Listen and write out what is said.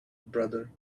brother